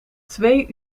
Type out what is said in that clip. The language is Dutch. twee